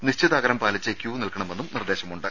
നിശ്ചിത അകലം പാലിച്ച് ക്യൂ നിൽക്കണമെന്നും നിർദ്ദേശമുണ്ട്